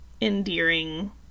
endearing